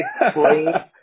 explain